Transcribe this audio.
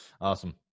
Awesome